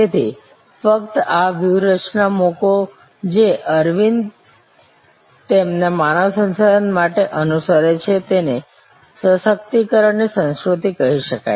તેથી ફક્ત આ વ્યૂહરચના મૂકો જે અરવિંદ તેમના માનવ સંસાધન માટે અનુસરે છે તેને સશક્તિકરણની સંસ્કૃતિ કહી શકાય